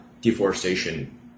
deforestation